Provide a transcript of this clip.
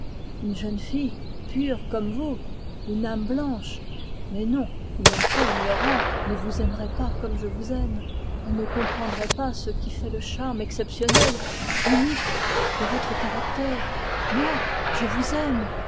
une jeune fille pure comme vous une âme blanche mais non une enfant ignorante ne vous aimerait pas comme je vous aime elle ne comprendrait pas ce qui fait le charme unique de votre caractère moi je vous aime